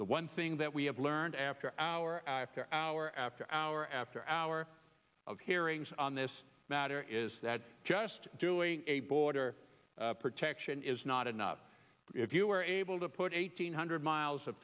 the one thing that we have learned after hour after hour after hour after hour of hearings on this matter is that just doing a border protection is not enough if you're able to put eight hundred miles of